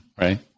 Right